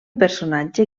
personatge